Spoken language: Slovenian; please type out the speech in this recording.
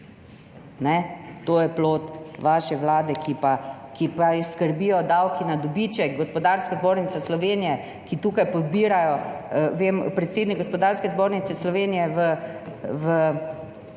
To je plod vaše vlade, ki pa jo skrbijo davki na dobiček, Gospodarska zbornica Slovenije, ki tukaj pobira, vem, predsednik Gospodarske zbornice Slovenije je